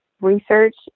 research